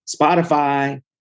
Spotify